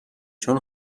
چون